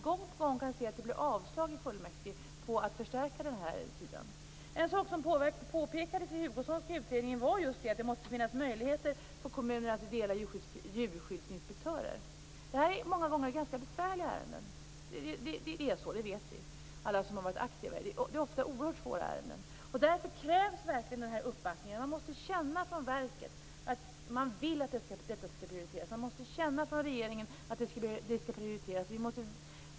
Det blir där gång på gång avslag i fullmäktige på att förstärka den här tillsynen. Något som gång på gång påpekas i den Hugosonska utredningen är att det måste finnas möjligheter för kommunerna att dela djurskyddsinspektörer. Alla som har varit aktiva i dessa sammanhang vet att detta många gånger är oerhört besvärliga ärenden. Därför krävs det verkligen en uppbackning. Man måste från verket känna att regeringen vill att detta skall prioriteras.